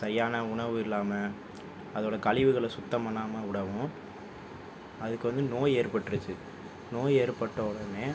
சரியான உணவு இல்லாமல் அதோடய கழிவுகளை சுத்தம் பண்ணாமல் விடவும் அதுக்கு வந்து நோய் ஏற்பட்டுடுச்சு நோய் ஏற்பட்ட உடனே